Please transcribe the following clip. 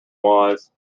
wise